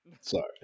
Sorry